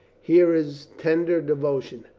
here is tender de votion!